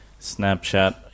Snapchat